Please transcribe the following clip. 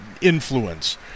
influence